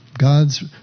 God's